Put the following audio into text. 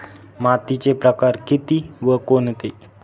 मातीचे प्रकार किती व कोणते?